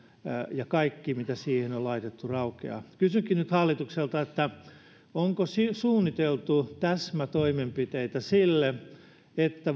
ja kaikki mitä siihen on on laitettu raukeaa kysynkin nyt hallitukselta onko suunniteltu täsmätoimenpiteitä sille esimerkiksi että